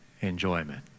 enjoyment